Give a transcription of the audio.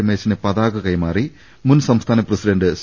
രമേശിന് പതാക കൈമാറി മുൻ സംസ്ഥാന പ്രസിഡന്റ് സി